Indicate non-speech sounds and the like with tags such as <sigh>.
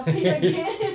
<noise>